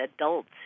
adults